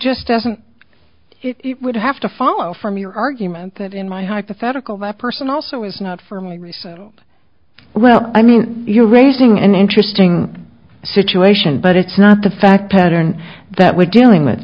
just doesn't it would have to follow from your argument that in my hypothetical my person also was not for immigration well i mean you're raising an interesting situation but it's not the fact pattern that we're dealing with